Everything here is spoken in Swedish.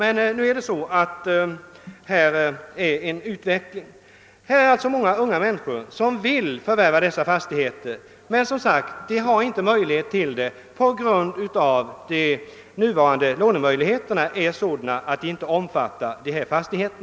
En stark utveckling inom näringslivet är emellertid på gång och det finns många unga människor som vill förvärva fastigheterna men som inte kan göra det på grund av att de nuvarande lånemöjligheterna inte omfattar dessa fastigheter.